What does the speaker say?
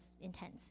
intense